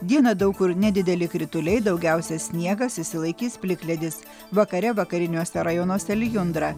dieną daug kur nedideli krituliai daugiausia sniegas išsilaikys plikledis vakare vakariniuose rajonuose lijundra